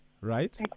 Right